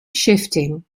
shifting